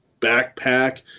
backpack